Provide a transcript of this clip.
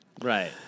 Right